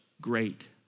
great